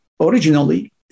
originally